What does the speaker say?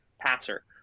passer